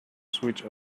switch